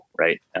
right